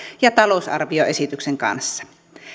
ja talousarvioesityksen kanssa